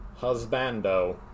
Husbando